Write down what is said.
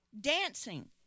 Dancing